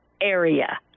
area